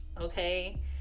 okay